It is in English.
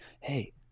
hey